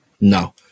No